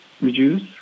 reduce